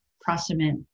proximate